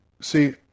see